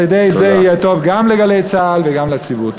על-ידי זה יהיה טוב גם ל"גלי צה"ל" וגם לציבור.